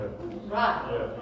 Right